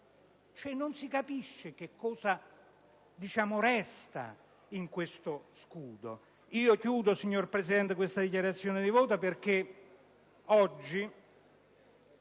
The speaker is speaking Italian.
Non si capisce, cioè, cosa resta dopo questo scudo.